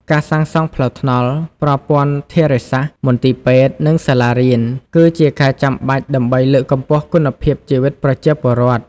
ការសាងសង់ផ្លូវថ្នល់ ប្រព័ន្ធធារាសាស្ត្រ មន្ទីរពេទ្យ និងសាលារៀន គឺជាការចាំបាច់ដើម្បីលើកកម្ពស់គុណភាពជីវិតប្រជាពលរដ្ឋ។